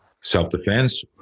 self-defense